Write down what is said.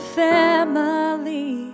family